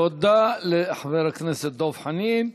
תודה לחבר הכנסת דב חנין.